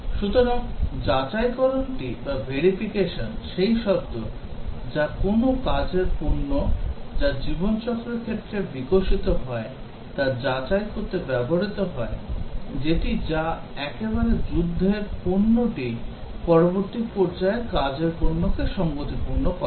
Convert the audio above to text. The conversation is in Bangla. সুতরাং যাচাইকরণটি সেই শব্দ যা কোনও কাজের পণ্য যা জীবনচক্রের ক্ষেত্রে বিকশিত হয় তা যাচাই করতে ব্যবহৃত হয় যেটি যা একবারে যুদ্ধের পণ্যটি পরবর্তী পর্যায়ে কাজের পণ্যকে সঙ্গতিপূর্ণ করে